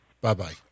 Bye-bye